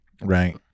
Right